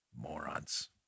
Morons